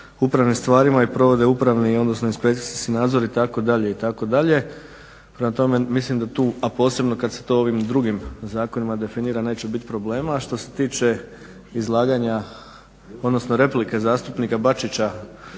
upravnim stvarima i provode upravni odnosno inspekcijski nadzor itd., itd. Prema tome mislim da tu a posebno kad se to ovim drugim zakonima definira neće biti problema. Što se tiče izlaganja odnosno replike zastupnika Bačića